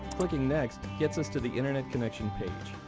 clicking next gets us to the internet connection page.